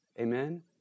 Amen